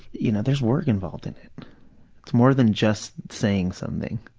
you know, there's work involved in it. it's more than just saying something.